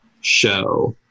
show